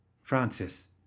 Francis